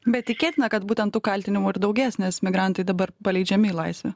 bet tikėtina kad būtent tų kaltinimų ir daugės nes migrantai dabar paleidžiami į laisvę